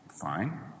fine